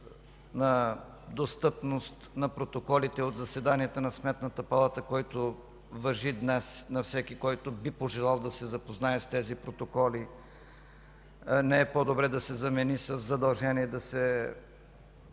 за достъпност на протоколите от заседанията на Сметната палата, който важи днес, за всеки, който би желал да се запознае с тези протоколи, не е по-добре да се замени със задължение да се